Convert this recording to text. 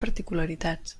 particularitats